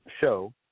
show